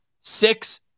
six